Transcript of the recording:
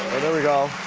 there we go.